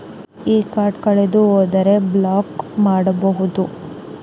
ಈ ಕಾರ್ಡ್ ಕಳೆದು ಹೋದರೆ ಬ್ಲಾಕ್ ಮಾಡಬಹುದು?